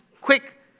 quick